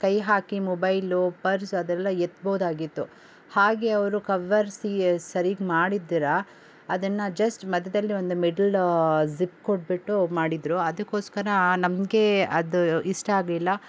ಕೈ ಹಾಕಿ mobile purse ಅದೆಲ್ಲ ಎತ್ಬೋದಾಗಿತ್ತು ಹಾಗೆ ಅವರು ಕವರ್ಸ್ ಸರಿಯಾಗಿ ಮಾಡಿದ್ರೆ ಅದನ್ನು ಜಸ್ಟ್ ಮಧ್ಯದಲ್ಲಿ ಒಂದು ಮಿಡ್ಲ್ ಜಿ಼ಪ್ ಕೊಟ್ಬಿಟ್ಟು ಮಾಡಿದ್ರು ಅದಕ್ಕೋಸ್ಕರ ನಮ್ಗೆ ಅದು ಇಷ್ಟ ಆಗ್ಲಿಲ್ಲ